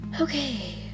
Okay